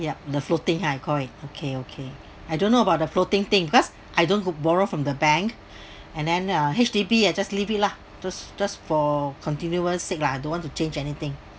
yup the floating ah you called it okay okay I don't know about the floating thing because I don't go borrow from the bank and then uh H_D_B I just leave it lah just just for continuous sake lah I don't want to change anything